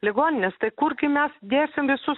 ligoninės tai kurgi mes dėsim visus